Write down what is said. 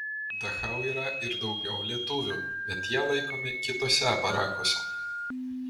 dachau yra ir daugiau lietuvių bet jie laikomi kituose barakuose